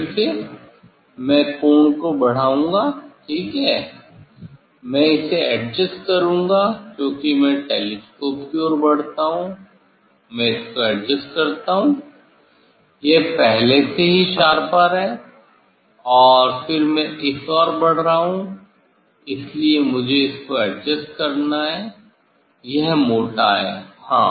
फिर से मैं कोण को बढ़ाऊंगा ठीक है मैं इसे एडजस्ट करूंगा क्योंकि मैं टेलीस्कोप की ओर बढ़ता हूं मैं इसको एडजस्ट करता हूं यह पहले से ही शार्पर है और फिर मैं इस ओर बढ़ रहा हूं इसलिए मुझे इसको एडजस्ट करना है यह मोटा है हाँ